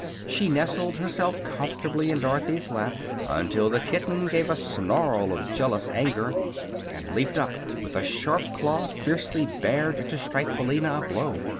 she nestled herself comfortably in dorothy's lap until the kitten gave a snarl of jealous anger and leaped up with a sharp claw fiercely bared to strike billina a blow.